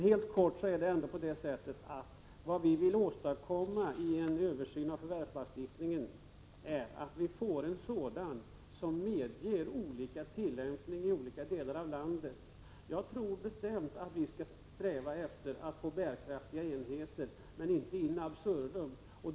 Helt kort: Vad vi vill åstadkomma vid en översyn av jordförvärvslagen är att den skall medge olika tillämpningar i olika delar av landet. Jag tror bestämt att vi skall sträva efter att få bärkraftiga enheter, men inte in absurdum.